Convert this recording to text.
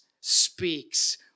speaks